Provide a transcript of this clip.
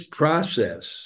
process